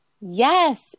Yes